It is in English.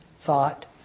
thought